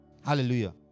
Hallelujah